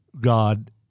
God